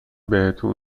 بهتون